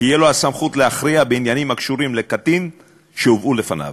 תהיה לו הסמכות להכריע בעניינים הקשורים לקטין שהובאו לפניו.